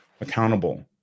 accountable